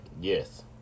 Yes